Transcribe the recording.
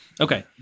Okay